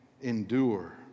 endure